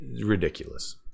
Ridiculous